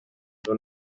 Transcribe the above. seu